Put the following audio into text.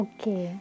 Okay